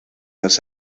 los